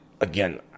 again